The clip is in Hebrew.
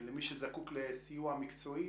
למי שזקוק לסיוע מקצועי,